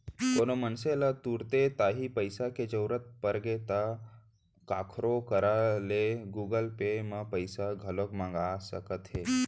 कोनो मनसे ल तुरते तांही पइसा के जरूरत परगे ता काखरो करा ले गुगल पे म पइसा घलौक मंगा सकत हे